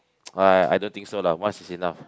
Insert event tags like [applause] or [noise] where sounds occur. [noise] I I don't think so lah once is enough